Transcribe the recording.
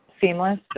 seamless